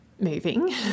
moving